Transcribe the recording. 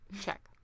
Check